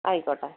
ആയിക്കോട്ടെ